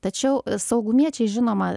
tačiau saugumiečiai žinoma